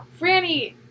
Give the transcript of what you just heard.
Franny